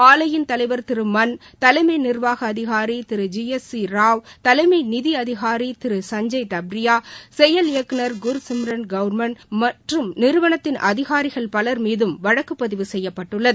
ஆலையிள் தலைவர் திரு மன் தலைமை நிர்வாக அதிகாரி Thiru G S C Rao தலைமை நிதி அதிகாரி திரு சஞ்சய் தப்ரியா செயல் இயக்குநர் குர் சிம்ரன் கௌர்மன் மற்றும் நிறுவனத்தின் அதிகாரிகள் பலர் மீதும் வழக்கு பதிவு செய்யப்பட்டுள்ளது